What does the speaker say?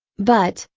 but,